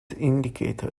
indicator